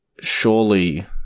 surely